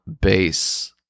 base